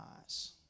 eyes